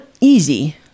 easy